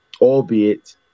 Albeit